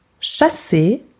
chasser